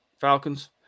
Falcons